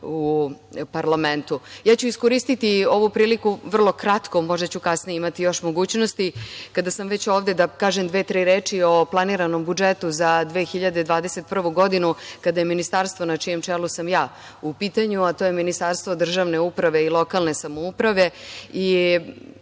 u parlamentu. Ja ću iskoristiti ovu priliku vrlo kratko, možda ću kasnije imati još mogućnosti, kada sam već ovde, da kažem dve-tri reči o planiranom budžetu za 2021. godinu kada je ministarstvo na čijem čelu sam ja, a to je Ministarstvo državne uprave i lokalne samouprave. Od